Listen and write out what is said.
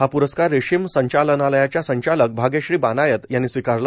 हा प्रस्कार रेशीम संचालनालयाच्या संचालक भाग्यश्री बानायत यांनी स्वीकारला